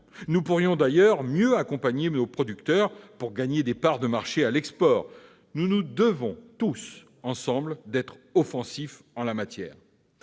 Nous pourrions d'ailleurs mieux accompagner nos producteurs pour gagner des parts de marché à l'export ; nous nous devons d'être offensifs en la matière.